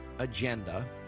agenda